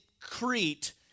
Crete